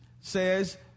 says